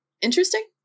interesting